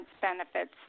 benefits